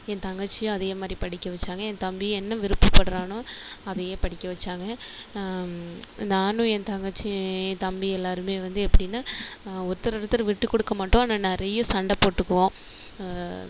என் தங்கச்சியும் அதே மாதிரி படிக்க வச்சாங்க என் தம்பி என்ன விருப்ப படுறானோ அதையே படிக்க வச்சாங்க நானும் என் தங்கச்சி என் தம்பி எல்லாருமே வந்து எப்படின்னா ஒருத்தரை ஒருத்தர் விட்டு கொடுக்க மாட்டோம் ஆனால் நிறைய சண்ட போட்டுக்குவோம்